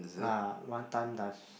ah what time does